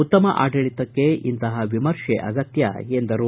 ಉತ್ತಮ ಆಡಳಿತಕ್ಕೆ ಇಂತಹ ವಿಮರ್ಶೆ ಅಗತ್ಯ ಎಂದರು